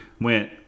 went